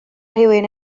rhywun